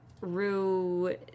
Rue